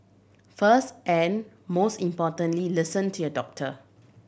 first and most importantly listen to your doctor